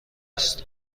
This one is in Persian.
نیستم